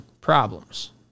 problems